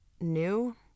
new